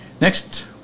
next